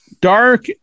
Dark